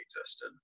existed